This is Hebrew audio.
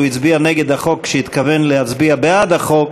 הצביע נגד החוק כשהתכוון להצביע בעד החוק,